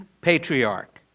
patriarch